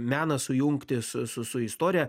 meną sujungti su su su istorija